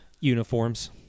Uniforms